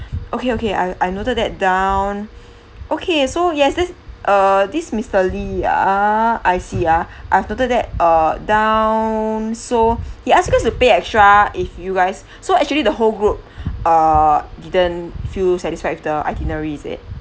okay okay I I noted that down okay so yes this uh this mister lee ah I see ah I have to noted that uh down so he ask you guys to pay extra if you guys so actually the whole group err didn't feel satisfied with the itinerary is it